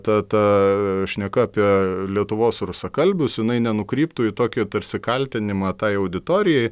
ta ta šneka apie lietuvos rusakalbius jinai nenukryptų į tokį tarsi kaltinimą tai auditorijai